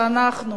שאנחנו,